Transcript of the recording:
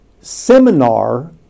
seminar